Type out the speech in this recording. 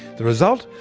the result?